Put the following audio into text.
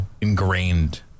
ingrained